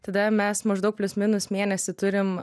tada mes maždaug plius minus mėnesį turim